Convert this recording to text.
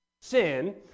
sin